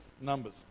Numbers